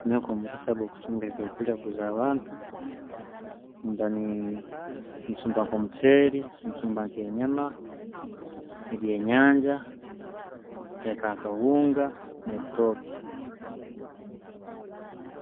Nanka omugisa kwo chumba ebyo kulya guza abantu, mbe ne- nenchumba nko mucheeri, nchumba nke nyama, ebyenyangya, ntekaho akahunga nebitooke.